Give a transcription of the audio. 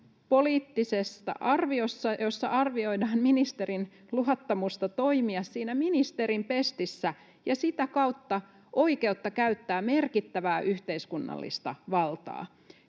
poliittisesta arviosta, jossa arvioidaan ministerin luottamusta toimia siinä ministerin pestissä ja sitä kautta oikeutta käyttää merkittävää yhteiskunnallista valtaa.